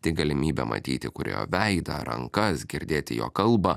tai galimybė matyti kūrėjo veidą rankas girdėti jo kalbą